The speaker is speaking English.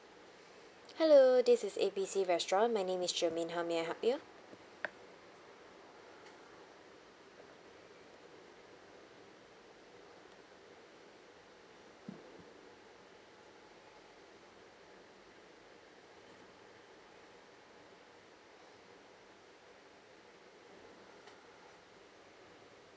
hello this is A B C restaurant my name is germaine how may I help you